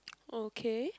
okay